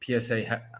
PSA